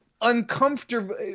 uncomfortable